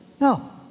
No